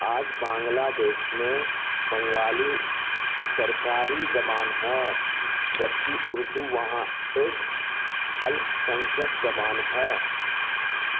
آج بنگلہ دیش میں بنگالی سرکاری زبان ہے جبکہ اردو وہاں ایک الپ سنکھیک زبان ہے